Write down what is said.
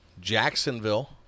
Jacksonville